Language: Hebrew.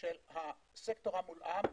של הסקטור המולאם.